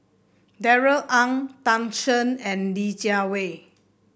Darrell Ang Tan Shen and Li Jiawei